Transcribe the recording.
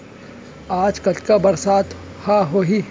आज कतका बरसात ह होही?